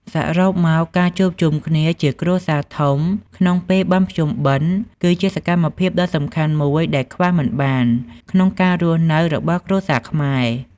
សរុបមក ការជួបជុំគ្នាជាគ្រួសារធំក្នុងពេលបុណ្យភ្ជុំបិណ្ឌគឺជាសកម្មភាពដ៏សំខាន់មួយដែលខ្វះមិនបានក្នុងការរស់នៅរបស់គ្រួសារខ្មែរ។